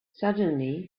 suddenly